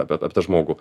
apie tą žmogų